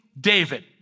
David